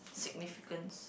significance